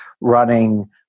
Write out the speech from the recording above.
running